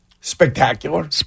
Spectacular